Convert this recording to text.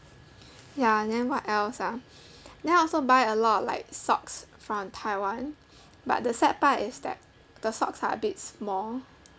ya then what else ah then I also buy a lot of like socks from taiwan but the sad part is that the socks are a bit small